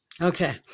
Okay